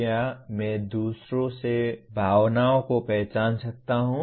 क्या मैं दूसरों में भावनाओं को पहचान सकता हूं